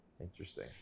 Interesting